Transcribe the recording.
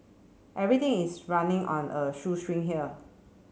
everything is running on a shoestring here